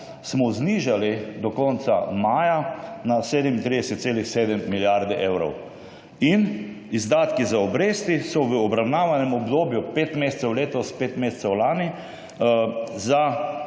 smo znižali do konca maja na 37,7 milijarde evrov. Izdatki za obresti so v obravnavanem obdobju, pet mesecev letos, pet mesecev lani, za